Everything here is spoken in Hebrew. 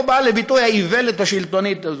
והנה, פה באה לביטוי האיוולת השלטונית הזאת: